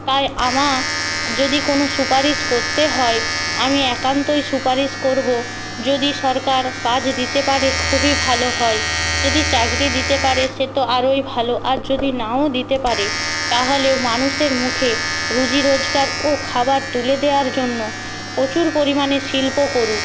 তাই আমা যদি কোনো সুপারিশ করতে হয় আমি একান্তই সুপারিশ করবো যদি সরকার কাজ দিতে পারে খুবই ভালো হয় যদি চাকরি দিতে পারে সে তো আরোই ভালো আর যদি নাও দিতে পারে তাহলেও মানুষের মুখে রুজি রোজগার ও খাবার তুলে দেয়ার জন্য প্রচুর পরিমাণে শিল্প করুক